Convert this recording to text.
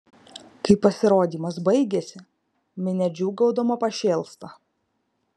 kai pasirodymas baigiasi minia džiūgaudama pašėlsta